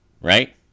right